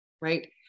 right